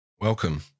welcome